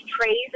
trays